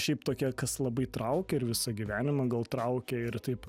šiaip tokie kas labai traukia ir visą gyvenimą gal traukia ir taip